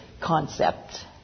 concept